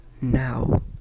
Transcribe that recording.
now